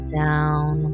down